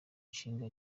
nshinga